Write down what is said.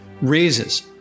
raises